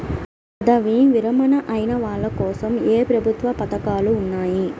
పదవీ విరమణ అయిన వాళ్లకోసం ఏ ప్రభుత్వ పథకాలు ఉన్నాయి?